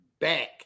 back